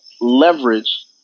leverage